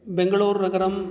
बेङ्गलोर्नगरं